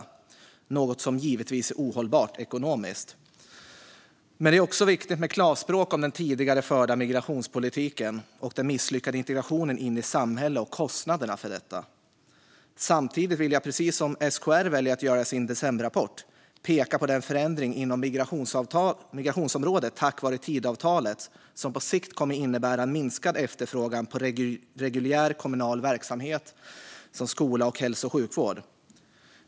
Det är något som givetvis är ohållbart ekonomiskt. Men det är också viktigt att tala klarspråk om kostnaderna för den tidigare förda migrationspolitiken och den misslyckade integrationen in i samhället. Samtidigt vill jag, precis som SKR väljer att göra i sin decemberrapport, peka på den förändring inom migrationsområdet som tack vare Tidöavtalet på sikt kommer att innebära en minskad efterfrågan på reguljär kommunal verksamhet, till exempel skola och hälso och sjukvård.